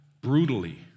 brutally